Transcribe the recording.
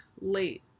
late